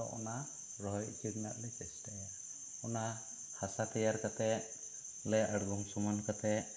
ᱟᱫᱚ ᱚᱱᱟ ᱨᱚᱦᱚᱭ ᱚᱪᱚ ᱨᱮᱱᱟᱜ ᱞᱮ ᱪᱮᱥᱴᱷᱟᱭᱟ ᱚᱱᱟ ᱦᱟᱥᱟ ᱛᱮᱭᱟᱨ ᱠᱟᱛᱮᱫ ᱞᱮ ᱟᱲᱜᱚᱢ ᱥᱚᱢᱟᱱ ᱠᱟᱛᱮᱫ